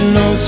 no